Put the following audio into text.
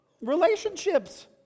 relationships